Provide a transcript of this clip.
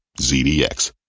ZDX